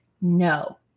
no